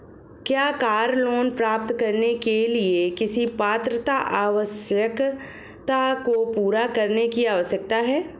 क्या car loan प्राप्त करने के लिए किसी पात्रता आवश्यकता को पूरा करने की आवश्यकता है?